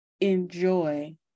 enjoy